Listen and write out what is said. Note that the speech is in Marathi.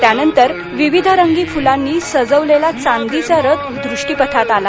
त्यानंतर विविधरंगी फुलांनी सजवलेला चांदीचा रथ दृष्टीपथात आला